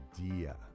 idea